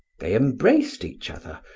they embraced each other,